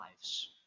lives